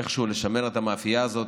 איכשהו לשמר את המאפייה הזאת,